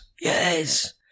Yes